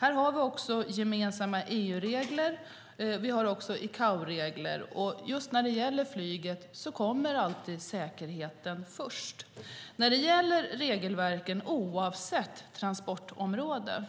Här har vi gemensamma EU-regler, och vi har också Icaoregler. Just när det gäller flyget kommer alltid säkerheten först. Det är viktigt att regelverken följs, oavsett transportområde,